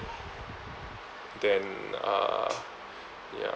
then uh ya